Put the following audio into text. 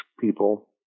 people